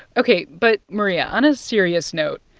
ok. but, maria, on a serious note,